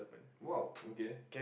!wow! okay